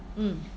mm